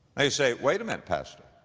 now you say, wait a minute pastor.